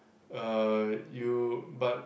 uh you but